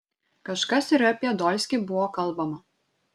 kažkas ir apie dolskį buvo kalbama